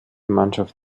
mannschaft